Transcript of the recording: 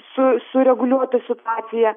su sureguliuoti situaciją